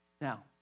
Now